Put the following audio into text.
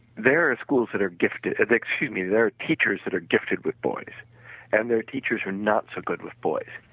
there are schools that are gifted excuse me, there are teachers that are gifted with boys and there are teachers who are not so good with boys.